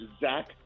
Zach